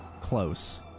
close